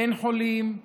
אין חולים,